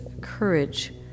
Courage